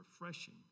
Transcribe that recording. refreshing